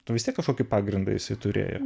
nu vis tiek kažkokį pagrindą jisai turėjo